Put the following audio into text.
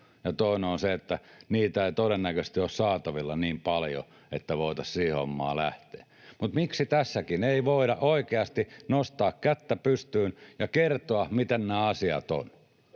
ja toinen on se, että niitä ei todennäköisesti ole saatavilla niin paljon, että voitaisiin siihen hommaan lähteä. Mutta miksi tässäkään ei voida oikeasti nostaa kättä pystyyn ja kertoa, miten nämä asiat